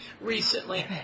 recently